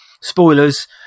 Spoilers